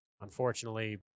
unfortunately